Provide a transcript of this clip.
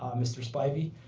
um mr. spivey,